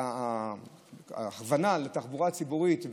שההכוונה לתחבורה הציבורית,